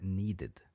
needed